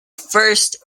first